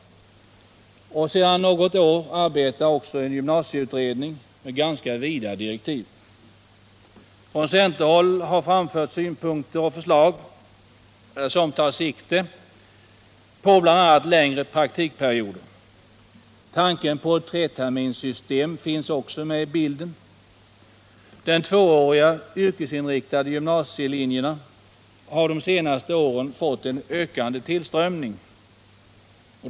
Sedan något år arbetar också en gymnasieutredning med ganska vida direktiv. Från centerhåll har framförts synpunkter och förslag som tar sikte på bl.a. längre praktikperioder. Tanken på ett treterminssystem i gymnasieskolan finns också med i bilden. De tvååriga yrkesinriktade gymnasielinjerna har de senaste åren fått en ökande tillströmning.